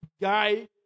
guy